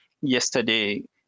yesterday